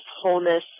wholeness